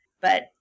but-